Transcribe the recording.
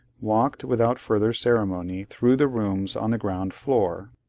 walked without further ceremony through the rooms on the ground floor,